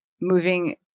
moving